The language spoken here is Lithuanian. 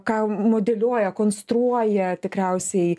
ką modeliuoja konstruoja tikriausiai